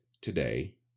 today